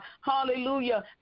Hallelujah